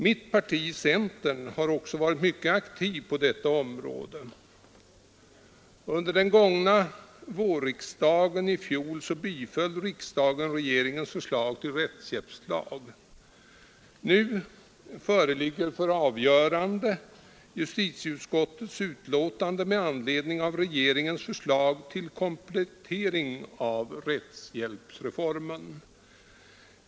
Mitt parti, centerpartiet, har också varit mycket aktivt på detta område. Under vårsessionen i fjol biföll riksdagen regeringens förslag till rättshjälpslag. Nu föreligger för avgörande justitieutskottets betänkande med anledning av regeringens förslag till komplettering av rättshjälpsreformen.